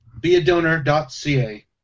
beadonor.ca